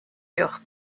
york